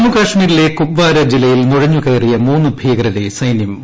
ജമ്മുകാശ്മീരിലെ കുപ്പ്വാര ജില്ലയിൽ നുഴഞ്ഞു കയറിയ മൂന്ന് ഭീകരരെ സൈന്യും വധിച്ചു